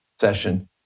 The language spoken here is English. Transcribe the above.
session